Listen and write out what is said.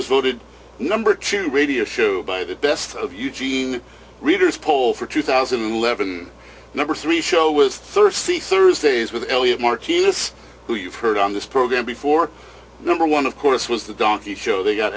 was voted number two radio show by the best of eugene reader's poll for two thousand and eleven number three show was thirsty thursdays with elliot marquis this who you've heard on this program before number one of course was the donkey show they got